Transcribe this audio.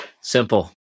Simple